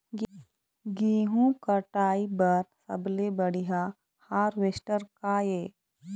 गेहूं कटाई बर सबले बढ़िया हारवेस्टर का ये?